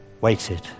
waited